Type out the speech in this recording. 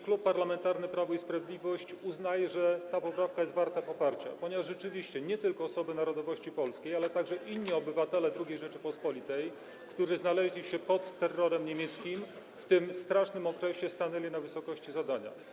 Klub Parlamentarny Prawo i Sprawiedliwość uznaje, że ta poprawka jest warta poparcia, ponieważ rzeczywiście nie tylko osoby narodowości polskiej, ale także inni obywatele II Rzeczypospolitej, którzy znaleźli się pod terrorem niemieckim, w tym strasznym okresie stanęli na wysokości zadania.